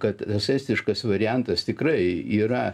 kad tas estiškas variantas tikrai yra